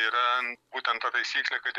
yra būtent ta taisyklė kad